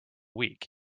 week